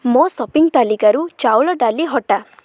ମୋ ସପିଂ ତାଲିକାରୁ ଚାଉଳ ଡାଲି ହଟା